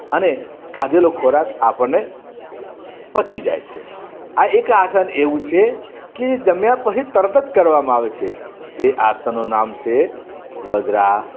અને ખાધેલો ખોરાક આપણને પચી જાયે છે આ એક આસન એવું છે કે જમ્યા પછી તરત જ કરવામાં આવે છે એ આસનનું નામ છે વદ્રાસન